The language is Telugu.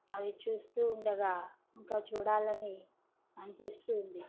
అది చూస్తూ ఉండగా ఇంకా చూడాలని అనిపిస్తూ ఉంది